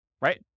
right